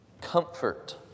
Comfort